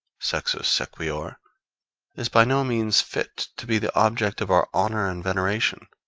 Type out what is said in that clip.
sexus sequior, is by no means fit to be the object of our honor and veneration,